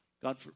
God